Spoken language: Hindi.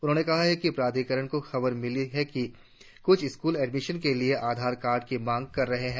उन्होंने कहा कि प्राधिकरण को खबर मिली है कि कुछ स्कूल एडमिशन के लिए आधार कार्ड की मांग कर रहे है